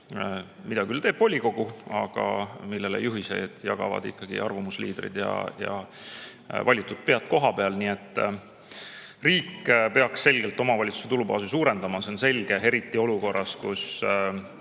mida teeb küll volikogu, aga millele juhiseid jagavad ikkagi arvamusliidrid ja valitud pead kohapeal. Nii et riik peaks selgelt omavalitsuste tulubaasi suurendama, see on selge. Eriti olukorras, kus